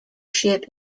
ship